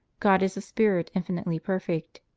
god is a spirit infinitely perfect.